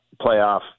playoff